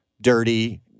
dirty